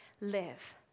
live